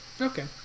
Okay